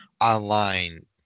online